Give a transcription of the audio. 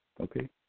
Okay